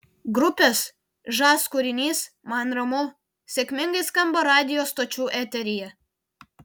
grupės žas kūrinys man ramu sėkmingai skamba radijo stočių eteryje